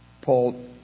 Paul